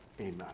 Amen